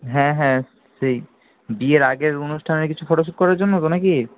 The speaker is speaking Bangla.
হ্যাঁ হ্যাঁ সেই বিয়ের আগের অনুষ্ঠানের কিছু ফটো শ্যুট করার জন্য তো না কি